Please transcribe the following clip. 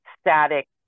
static